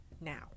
now